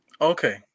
Okay